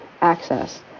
access